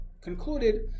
concluded